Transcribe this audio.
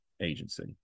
agency